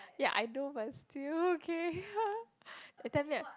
ya I know but still okay eh tell me eh